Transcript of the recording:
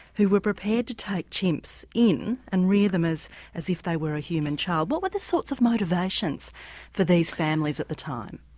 who were prepared to take chimps in and rear them as as if they were a human child. what were the sorts of motivations for these families at the time?